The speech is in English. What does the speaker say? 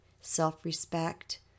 self-respect